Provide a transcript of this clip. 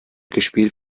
gespielt